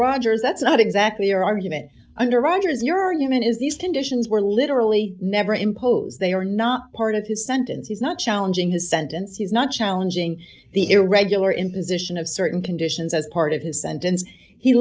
rodgers that's not exactly your argument underwriters you're human is these conditions were literally never impose they are not part of his sentence he's not challenging his sentence he's not challenging the irregular imposition of certain conditions as part of his sentence he